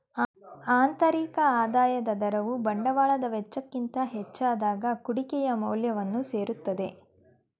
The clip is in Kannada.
ಆಂತರಿಕ ಆದಾಯದ ದರವು ಬಂಡವಾಳದ ವೆಚ್ಚಕ್ಕಿಂತ ಹೆಚ್ಚಾದಾಗ ಕುಡಿಕೆಯ ಮೌಲ್ಯವನ್ನು ಸೇರುತ್ತೆ